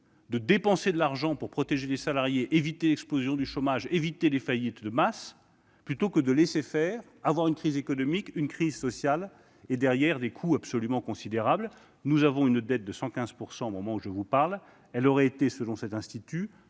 de dépenser de l'argent pour protéger les salariés, éviter l'explosion du chômage et les faillites de masse, que de laisser faire et d'avoir une crise économique et sociale avec, derrière, des coûts absolument considérables. Nous avons une dette de 115 % au moment où je vous parle ; elle aurait été, selon cet institut,